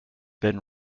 been